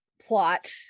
plot